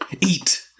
eat